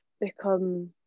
become